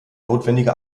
notwendige